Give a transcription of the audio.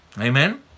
Amen